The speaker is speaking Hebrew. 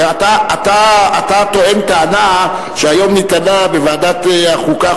כי אתה טוען טענה שהיום נטענה בוועדת החוקה,